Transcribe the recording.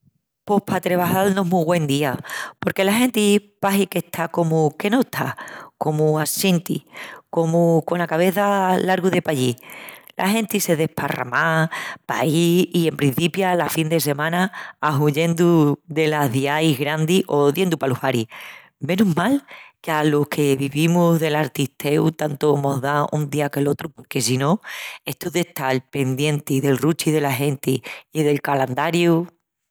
Pos pa trebajal no es mu güen día porque la genti pahi qu'está comu que no está, comu assenti, comu cona cabeça largu de pallí. La genti se desparramá paí i emprencipia la fin de semana ahuyendu delas ciais grandis o diendu palos baris. Menus mal que alos que vivimus del artisteu tantu mos da un día que l'otru porque si no, estu d'estal pendienti del ruchi dela genti i del calandariu...